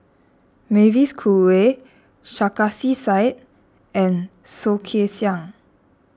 Mavis Khoo Oei Sarkasi Said and Soh Kay Siang